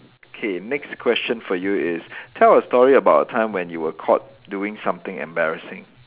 okay next question for you is tell a story about a time when you were caught doing something embarrassing